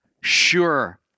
sure